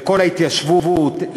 לכל ההתיישבות,